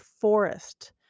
forest